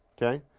okay?